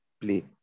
play